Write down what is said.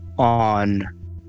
on